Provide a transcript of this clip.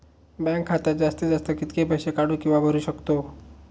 Bank खात्यात जास्तीत जास्त कितके पैसे काढू किव्हा भरू शकतो?